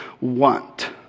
want